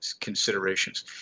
considerations